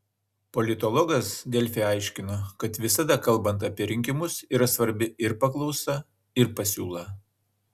politologas delfi aiškino kad visada kalbant apie rinkimus yra svarbi ir paklausa ir pasiūla